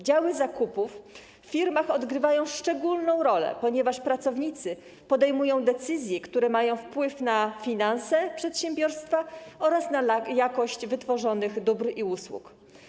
Działy zakupów w firmach odgrywają szczególną rolę, ponieważ pracownicy podejmują decyzje, które mają wpływ na finanse przedsiębiorstwa oraz na jakość wytworzonych dóbr i usług.